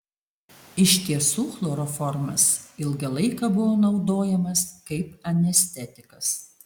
iš tiesų chloroformas ilgą laiką buvo naudojamas kaip anestetikas